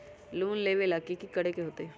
Loan लेवेला की करेके होतई?